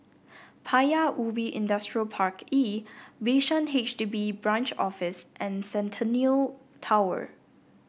Paya Ubi Industrial Park E Bishan H D B Branch Office and Centennial Tower